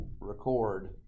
record